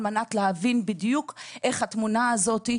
על מנת להבין בדיוק איך התמונה הזאת,